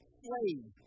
slave